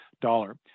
dollar